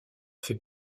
fait